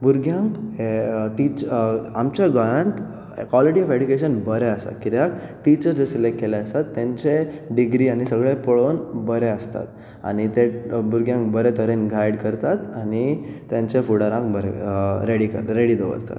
भुरग्यांक हे टीच आमच्या गोयांत क्वालिटी ओफ एडुकेशन बरें आसा कित्याक टिचर जे सिलेक्ट केल्ले आसात तेंचे डिग्री आनी सगळें पळोवन बरें आसतात आनी ते भुरग्यांक बरें तरेन गायड करतात आनी तेंच्या फुडाराक बरें रेडी कर रेडी दवरतात